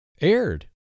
aired